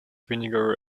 vinegar